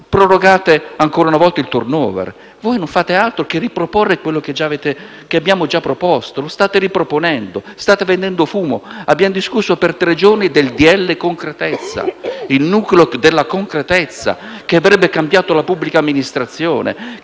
prorogate ancora una volta il *turnover* e non fate altro che riproporre ciò che abbiamo già proposto. Lo state riproponendo. State vendendo fumo. Abbiamo discusso per tre giorni del decreto-legge concretezza, il nucleo della concretezza che avrebbe cambiato la pubblica amministrazione,